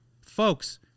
Folks